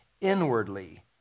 inwardly